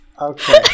Okay